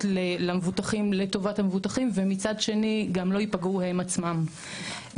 למבוטחים לטובת המבוטחים ומצד שני גם לא ייפגעו הם עצמם.